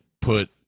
put